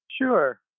Sure